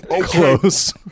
close